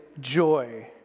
joy